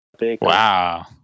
Wow